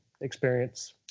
experience